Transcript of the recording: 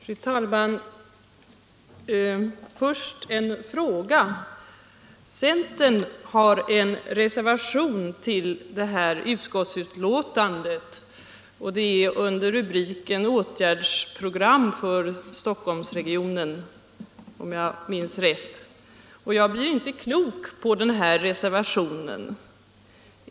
Fru talman! Först vill jag ställa en fråga. Centern har en reservation till det här utskottsbetänkandet under rubriken Åtgärdsprogram för Stockholms län. Jag blir inte klok på den reservationen.